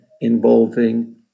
involving